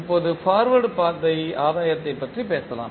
இப்போது பார்வேர்ட் பாதை ஆதாயத்தைப் பற்றி பேசலாம்